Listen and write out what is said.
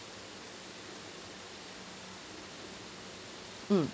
mm